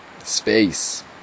space